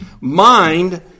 mind